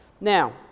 Now